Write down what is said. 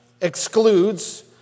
excludes